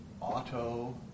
auto